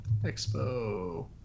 expo